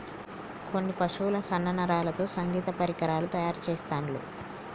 కొన్ని పశువుల సన్న నరాలతో సంగీత పరికరాలు తయారు చెస్తాండ్లు